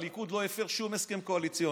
הליכוד לא הפר שום הסכם קואליציוני.